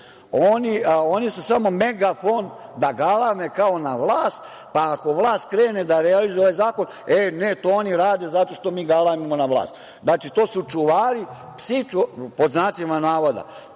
Oni su samo megafon da galame kao na vlast, pa ako vlast krene da realizuje ovaj zakon – ne, to oni rade zato što mi galamimo na vlast. Znači, to su čuvari, psi čuvari, pod znacima navoda.